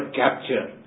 capture